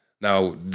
Now